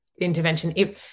intervention